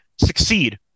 succeed